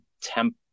temp